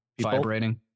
vibrating